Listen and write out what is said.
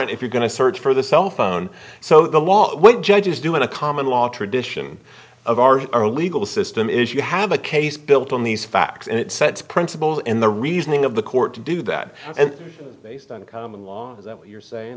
warrant if you're going to search for the cell phone so the law what judges do in a common law tradition of our our legal system is you have a case built on these facts and it sets principle in the reasoning of the court to do that and based on the law is that what you're saying